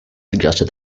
suggested